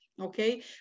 okay